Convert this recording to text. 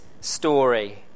story